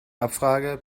abfrage